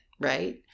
right